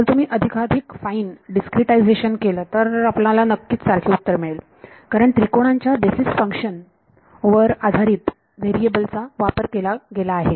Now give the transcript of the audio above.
जर तुम्ही अधिकाधिक फाईन डिस्क्रीटायझेशन केले तर आपणाला नक्की सारखेच उत्तर मिळेल कारण त्रिकोणांच्या बेसिस फंक्शन वर आधारित व्हेरिएबल चा वापर केला गेला आहे